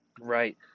Right